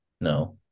no